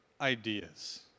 ideas